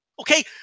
Okay